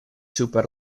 super